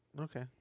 Okay